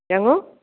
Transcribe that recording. चङो